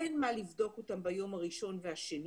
אין מה לבדוק אותם ביום הראשון והשני